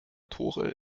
tore